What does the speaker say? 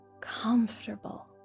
comfortable